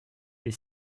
les